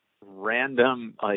random